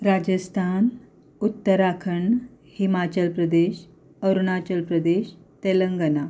राजस्थानन Uttarakhand Himachal Pradesh Arunachal Pradesh Telangana